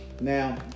Now